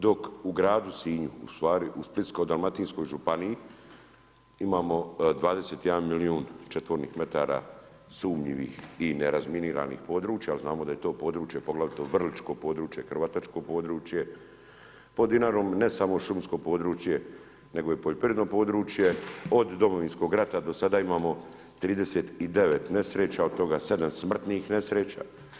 Dakle u gradu Sinju, ustvari u Splitsko dalmatinskoj županiji imamo 21 milijun četvornih metara sumnjivih i nerazminiranih područja, jer znamo da je to područje, poglavito Vrličko područje … područje, pod Dinarom, ne samo šumsko područje, nego i poljoprivredno područje, od Domovinskog rata do sada imamo 39 nesreća, od toga 7 smrtnih nesreća.